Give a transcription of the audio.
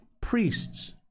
priests